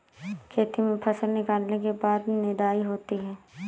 खेती में फसल निकलने के बाद निदाई होती हैं?